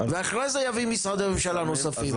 ואחרי זה יביא משרדי ממשלה נוספים,